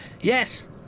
Yes